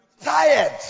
Tired